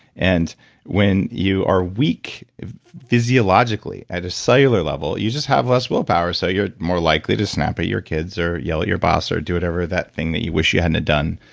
and when you are weak physiologically at a cellular level, you just have less willpower. so you're more likely to snap at your kids or yell at your boss or do whatever that thing that you wish you hadn't done.